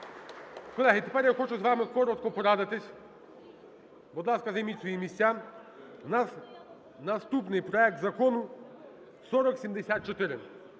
Колеги, тепер я хочу з вами коротко порадитись. Будь ласка, займіть свої місця. У нас наступний проект закону 4074.